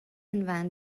invent